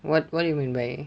what what do you mean by